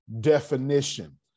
definition